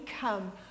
come